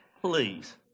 please